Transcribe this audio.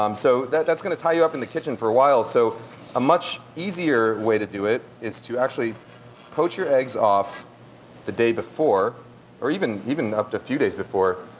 um so that's going to tie you up in the kitchen for a while. so a much easier way to do it is to actually poach your eggs off the day before or even even up to few days before,